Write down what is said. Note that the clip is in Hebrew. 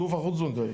הגוף החוץ בנקאי.